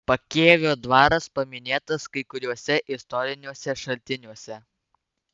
pakėvio dvaras paminėtas kai kuriuose istoriniuose šaltiniuose